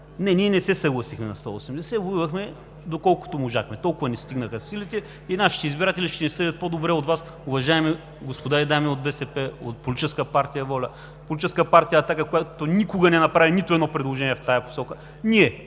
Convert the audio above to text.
Не, ние не се съгласихме на 180 лв. Воювахме, доколкото можахме. Толкова ни стигнаха силите и нашите избиратели ще ни съдят по-добре от Вас, уважаеми дами и господа от БСП, от Политическа партия ВОЛЯ, Политическа партия „Атака“, която никога не направи нито едно предложение в тази посока. Ние